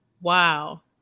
wow